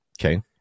Okay